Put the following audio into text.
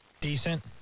Decent